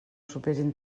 superin